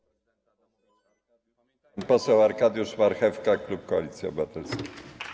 Pan poseł Arkadiusz Marchewka, klub Koalicji Obywatelskiej.